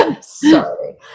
Sorry